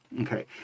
Okay